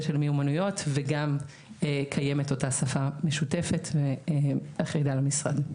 של מיומנויות וגם קיימת אותה שפה משותפת ואחידה למשרד.